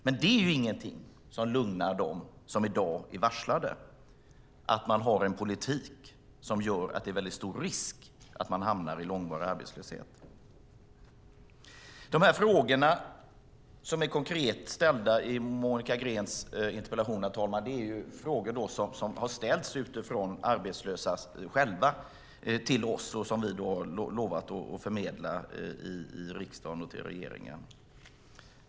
Att man har en politik som gör att det är stor risk att folk hamnar i långvarig arbetslöshet är ingenting som lugnar dem som i dag är varslade. De frågor som konkret ställs i Monica Greens interpellation, herr talman, är sådana som har ställts av arbetslösa till oss och som vi lovat att förmedla till riksdagen och regeringen.